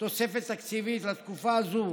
לתקופה הזאת